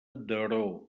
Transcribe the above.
daró